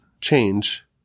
change